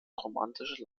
romantische